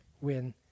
win